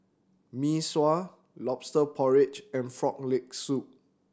Mee Sua Lobster Porridge and Frog Leg Soup